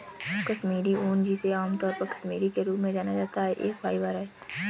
कश्मीरी ऊन, जिसे आमतौर पर कश्मीरी के रूप में जाना जाता है, एक फाइबर है